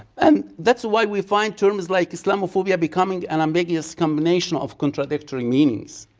and that's why we find terms like islamophobia becoming an ambiguous combination of contradictory meanings.